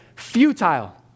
Futile